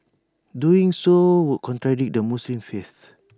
doing so would contradict the Muslim faith